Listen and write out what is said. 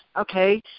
okay